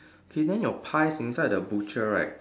okay then your pies inside the butcher right